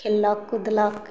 खेललक कुदलक